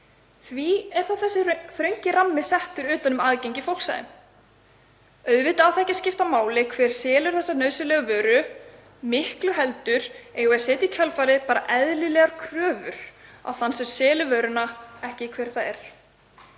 Því er þá þessi þröngi rammi settur utan um aðgengi fólks að þeim? Auðvitað á það ekki að skipta máli hver selur þessa nauðsynlegu vöru, miklu frekar eigum við að setja í kjölfarið eðlilegar kröfur á þann sem selur vöruna en ekki á hver það er.